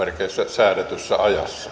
säädetyssä